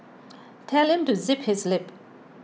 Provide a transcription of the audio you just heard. tell him to zip his lip